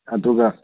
ꯑꯗꯨꯒ